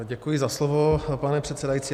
Děkuji za slovo, pane předsedající.